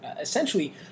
essentially